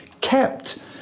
kept